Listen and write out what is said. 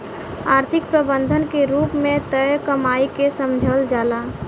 आर्थिक प्रबंधन के रूप में तय कमाई के समझल जाला